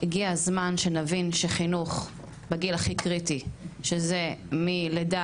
הגיע הזמן שנבין שחינוך בגיל הכי קריטי שזה מלידה